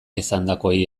esandakoei